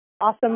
Awesome